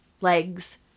legs